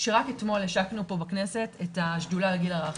שרק אתמול השקנו פה בכנסת את השדולה לגיל הרך,